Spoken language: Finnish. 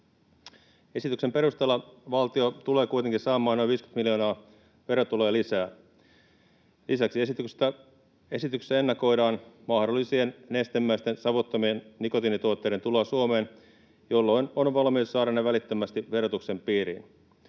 Esityksen perusteella valtio tulee kuitenkin saamaan noin 50 miljoonaa verotuloja lisää. Lisäksi esityksessä ennakoidaan mahdollisten nestemäisten savuttomien nikotiinituotteiden tuloa Suomeen, jolloin on valmius saada ne välittömästi verotuksen piiriin.